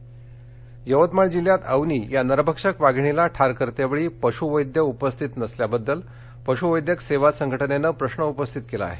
अवनी यवतमाळ जिल्ह्यात अवनी या नरभक्षक वाघिणीला ठार करतेवेळी पशुवैद्य उपस्थित नसल्याबद्दल पशुवैद्यक सेवा संघटनेनं प्रश्न उपस्थित केला आहे